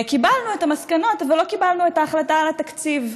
קיבלנו את המסקנות אבל לא קיבלנו את ההחלטה על התקציב.